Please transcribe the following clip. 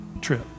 trip